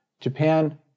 Japan